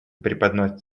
преподносит